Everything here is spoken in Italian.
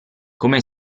come